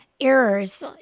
errors